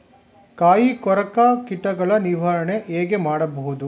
ಕಾಯಿ ಕೊರಕ ಕೀಟಗಳ ನಿರ್ವಹಣೆ ಹೇಗೆ ಮಾಡಬಹುದು?